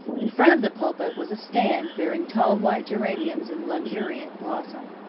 in front of the pulpit was a stand bearing tall white geraniums in luxuriant blossom.